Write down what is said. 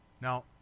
Now